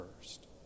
first